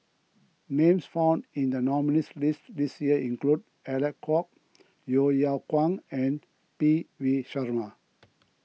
names found in the nominees' list this year include Alec Kuok Yeo Yeow Kwang and P V Sharma